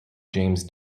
james